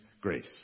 grace